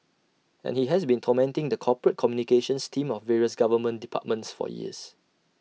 and he has been tormenting the corporate communications team of various government departments for years